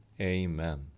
Amen